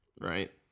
right